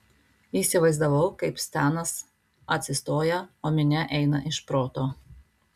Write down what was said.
įsivaizdavau kaip stenas atsistoja o minia eina iš proto